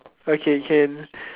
okay can